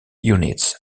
units